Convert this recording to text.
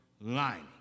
lining